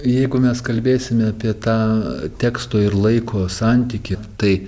jeigu mes kalbėsime apie tą teksto ir laiko santykį tai